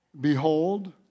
Behold